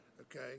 Okay